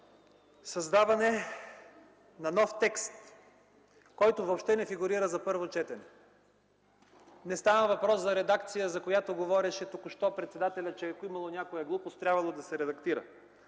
създаването на нов текст, който въобще не фигурира за първо четене. Не става въпрос за редакция, за която току-що говореше председателят – като имало някаква глупост, трябвало да се редактира.